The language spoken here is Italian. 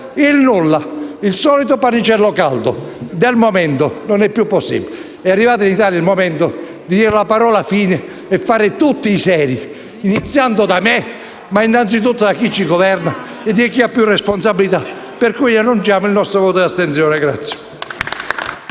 Il nulla, il solito pannicello caldo del momento. Non è più possibile. È arrivato in Italia il momento di dire la parola «fine» e fare tutti i seri, iniziando da me, ma innanzitutto da chi ci governa e da chi ha più responsabilità. Annunciamo pertanto il nostro voto di astensione.